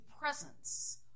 presence